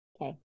Okay